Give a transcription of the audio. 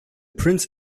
prince